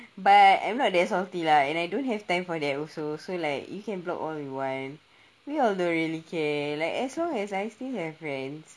but I'm not that salty lah and I don't have time for that also so like you can block all you want we all don't really care like as long as I still have friends